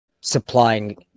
supplying